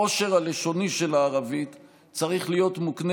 העושר הלשוני של הערבית צריך להיות מוקנה